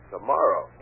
Tomorrow